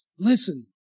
Listen